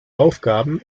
aufgaben